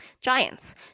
Giants